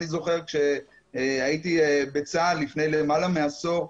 זוכר כשהייתי בצה"ל לפני למעלה מעשור,